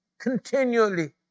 continually